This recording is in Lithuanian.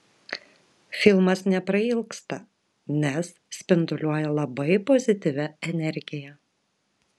filmas neprailgsta nes spinduliuoja labai pozityvia energija